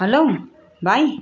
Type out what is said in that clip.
hello भाइ